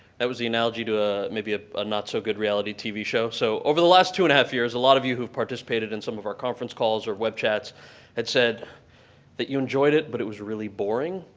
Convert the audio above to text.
that was the analogy to ah maybe ah a not-so-good reality tv show. so over the last two and a half years, a lot of you who have participated in some of our conference calls or web chats had said that you enjoyed it but it was really boring.